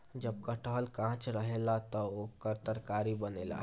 जब कटहल कांच रहेला त ओकर तरकारी बनेला